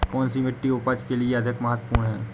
कौन सी मिट्टी उपज के लिए अधिक महत्वपूर्ण है?